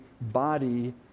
body